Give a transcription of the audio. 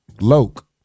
Loke